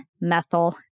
methyl